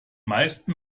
meisten